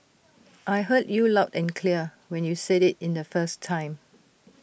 I heard you loud and clear when you said IT in the first time